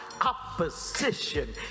opposition